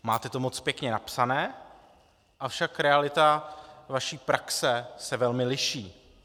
Máte to moc pěkně napsané, avšak realita vaší praxe se velmi liší.